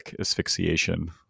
asphyxiation